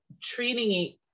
treating